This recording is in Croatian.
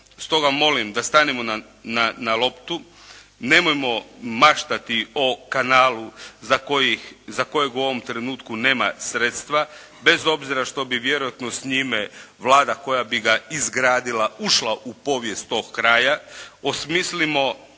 stoga molim da stanemo na loptu, nemojmo maštati o kanalu za kojeg u ovom trenutku nema sredstva, bez obzira što bi vjerojatno s njime Vlada koja bi ga izgradila ušla u povijest tog kraja. Osmislimo